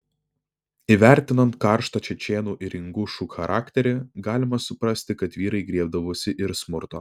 įvertinant karštą čečėnų ir ingušų charakterį galima suprasti kad vyrai griebdavosi ir smurto